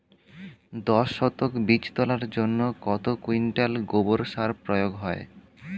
দশ শতক বীজ তলার জন্য কত কুইন্টাল গোবর সার প্রয়োগ হয়?